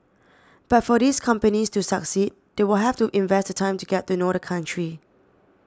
but for these companies to succeed they will have to invest the time to get to know the country